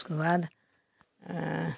उसके बाद